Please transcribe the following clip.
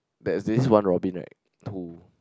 there's this one Robin right who